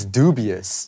dubious